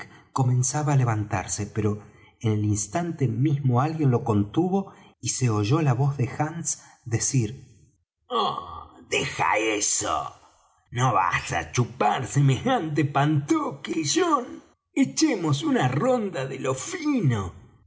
comenzaba á levantarse pero en el instante mismo alguien lo contuvo y se oyó la voz de hands decir oh deja eso no vas á chupar semejante pantoque john echemos una ronda de lo fino